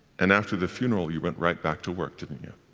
and after the funeral, you went right back to work, didn't you?